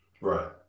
Right